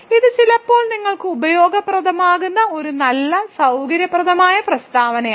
ഇത് ചിലപ്പോൾ നിങ്ങൾക്ക് ഉപയോഗപ്രദമാകുന്ന ഒരു നല്ല സൌകര്യപ്രദമായ പ്രസ്താവനയാണ്